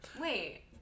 wait